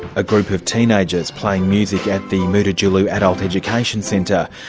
a group of teenagers playing music at the mutitjulu adult education centre,